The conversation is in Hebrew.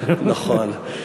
נכון.